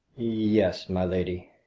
yes, my lady.